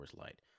Light